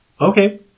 Okay